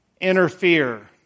interfere